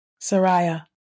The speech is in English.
Sariah